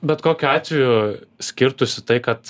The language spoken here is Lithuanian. bet kokiu atveju skirtųsi tai kad